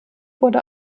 wurde